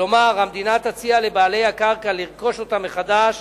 כלומר המדינה תציע לבעלי הקרקע לרכוש אותה מחדש